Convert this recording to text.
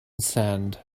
sand